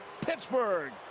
Pittsburgh